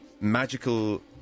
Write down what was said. magical